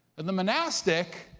and the monastic